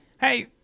hey